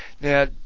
Now